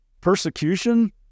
Persecution